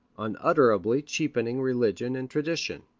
unutterably cheapening religion and tradition.